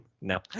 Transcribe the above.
No